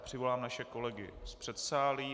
Přivolám naše kolegy z předsálí.